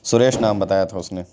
سریش نام بتایا تھا اس نے